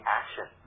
action